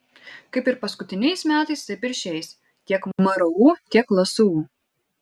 kaip ir paskutiniais metais taip ir šiais tiek mru tiek lsu